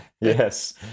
Yes